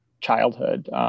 childhood